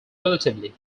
relatively